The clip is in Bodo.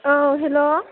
औ हेल'